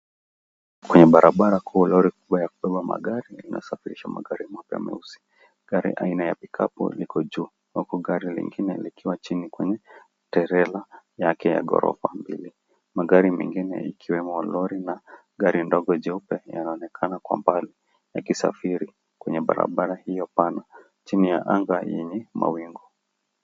Kwenye barabara kuu, lori kubwa ya kubeba magari inasafirisha magari mapya meusi. Gari aina ya pick-up liko juu, huku gari lingine likiwa chini kwenye trela yake ya gorofa mbili. Magari mengine ikiwemo lori na gari dogo jeupe yanaonekana kwa mbali yakisafiri kwenye barabara hiyo pana chini ya anga yenye mawingu.